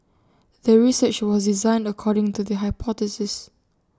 the research was designed according to the hypothesis